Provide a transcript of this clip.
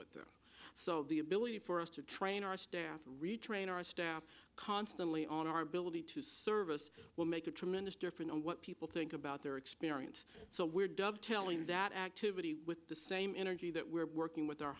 with them so the ability for us to train our staff and retrain our staff constantly on our ability to service will make a tremendous difference on what people think about their experience so we're dubbed telling that activity with the same energy that we're working with our